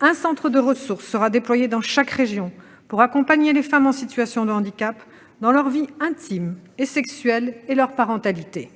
Un centre de ressources sera déployé dans chaque région pour accompagner les femmes en situation de handicap, dans leur vie intime et sexuelle et dans leur parentalité.